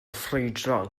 ffrwydron